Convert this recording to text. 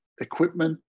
equipment